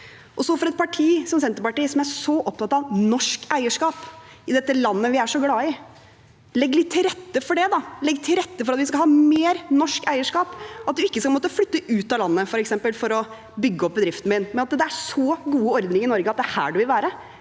For et parti som Senterpartiet, som er så opptatt av norsk eierskap i dette landet vi er så glad i: Legg litt til rette for det, da! Legg til rette for at vi skal ha mer norsk eierskap, og at ingen skal måtte flytte ut av landet for å bygge opp bedriften sin, men at det er så gode ordninger i Norge at det er her man vil være.